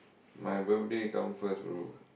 my birthday come first bro